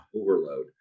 Overload